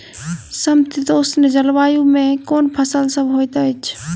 समशीतोष्ण जलवायु मे केँ फसल सब होइत अछि?